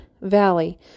Valley